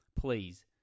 please